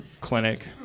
clinic